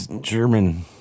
German